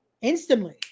instantly